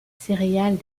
céréales